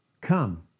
Come